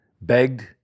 begged